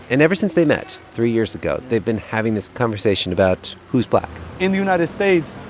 and ever since they met three years ago, they've been having this conversation about who's black in the united states,